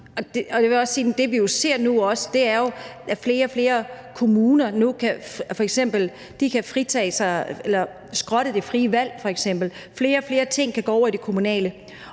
også ser, jo er, at flere og flere kommuner f.eks. kan skrotte det frie valg. Flere og flere ting kan gå over i det kommunale.